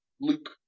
Luke